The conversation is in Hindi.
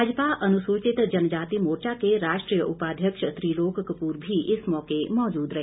भाजपा अनुसूचित जनजाति मोर्चा के राष्ट्रीय उपाध्यक्ष त्रिलोक कपूर भी इस मौके मौजूद रहे